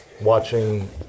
watching